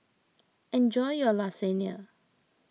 enjoy your Lasagne